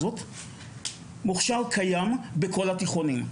מוכשר קיים בכל התיכונים,